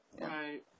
Right